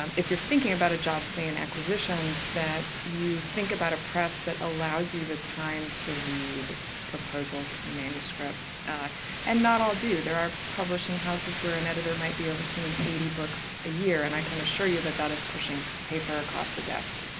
um if you're thinking about a job say in acquisitions, that you think about a press that allows you the time to read proposals and manuscripts and not all do. there are publishing houses where an editor might be overseeing eighty books a year, and i can assure you that that is pushing paper across a desk.